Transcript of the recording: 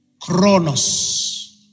chronos